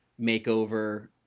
makeover